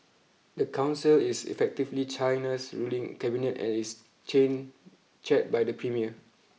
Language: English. the council is effectively China's ruling cabinet and is chain chaired by the premier